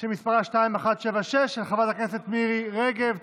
שמספרה 2176, של חברת הכנסת מירי רגב.